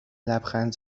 لبخند